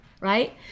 Right